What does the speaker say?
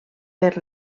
per